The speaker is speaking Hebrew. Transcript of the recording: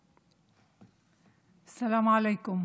(אומרת בערבית: שלום עליכם.